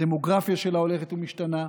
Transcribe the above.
הדמוגרפיה שלה הולכת ומשתנה,